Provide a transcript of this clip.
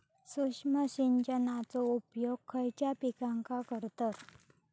सूक्ष्म सिंचनाचो उपयोग खयच्या पिकांका करतत?